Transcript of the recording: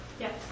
Yes